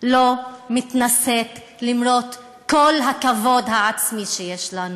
לא מתנשאת, למרות כל הכבוד העצמי שיש לנו,